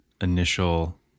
initial